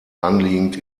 anliegend